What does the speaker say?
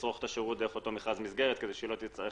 לצרוך את השירות דרך אותו מכרז מסגרת כדי שלא תצטרך